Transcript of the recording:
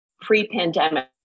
pre-pandemic